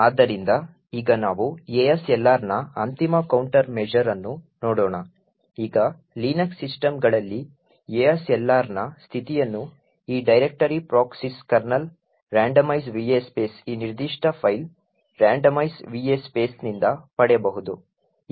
ಆದ್ದರಿಂದ ಈಗ ನಾವು ASLRನ ಅಂತಿಮ ಕೌಂಟರ್ಮೆಶರ್ ಅನ್ನು ನೋಡೋಣ ಈಗ ಲಿನಕ್ಸ್ ಸಿಸ್ಟಮ್ಗಳಲ್ಲಿ ASLRನ ಸ್ಥಿತಿಯನ್ನು ಈ directoryprocsys kernel randomize va space ಈ ನಿರ್ದಿಷ್ಟ ಫೈಲ್ randomize va space ನಿಂದ ಪಡೆಯಬಹುದು